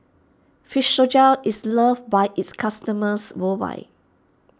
Physiogel is loved by its customers worldwide